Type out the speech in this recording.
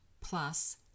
plus